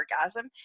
orgasm